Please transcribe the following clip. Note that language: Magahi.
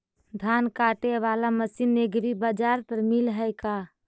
धान काटे बाला मशीन एग्रीबाजार पर मिल है का?